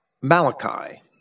Malachi